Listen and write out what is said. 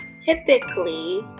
typically